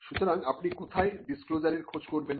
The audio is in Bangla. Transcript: সুতরাং আপনি কোথায় ডিসক্লোজারের খোঁজ করবেন